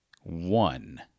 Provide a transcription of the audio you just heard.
one